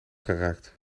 geraakt